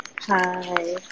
Hi